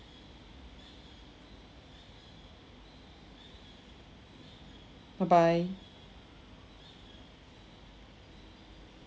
bye bye